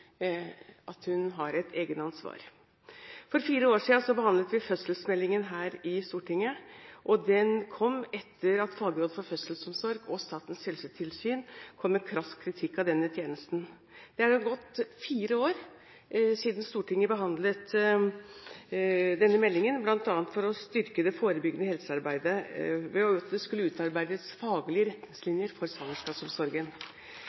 at hun har et egenansvar. For fire år siden behandlet vi fødselsmeldingen her i Stortinget. Den kom etter at fagrådet for fødselsomsorg og Statens helsetilsyn kom med krass kritikk av den tjenesten. Det har nå gått fire år siden Stortinget behandlet den meldingen, og bl.a. for å styrke det forebyggende helsearbeidet skulle det utarbeides faglige